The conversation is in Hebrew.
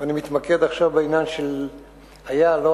אני מתמקד עכשיו בעניין של היה או לא